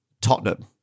Tottenham